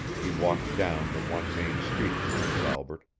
he walked down the one main street of prince albert,